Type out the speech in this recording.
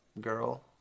girl